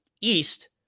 East